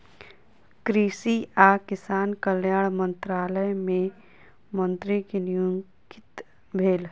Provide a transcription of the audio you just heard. कृषि आ किसान कल्याण मंत्रालय मे मंत्री के नियुक्ति भेल